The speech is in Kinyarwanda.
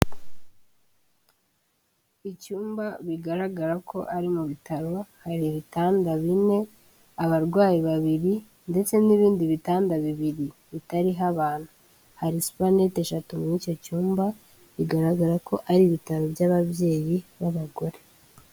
Icyumba bigaragara ko ari mu bitaro, hari ibitanda bine, abarwayi babiri ndetse n'ibindi bitanda bibiri bitariho abantu, hari supanete eshatu muri icyo cyumba, bigaragara ko ari ibitaro by'ababyeyi b'abagore.